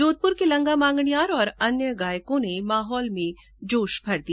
जोधपुर के लंगा मांगणियार और अन्य गायकों ने माहौल में जोश भर दिया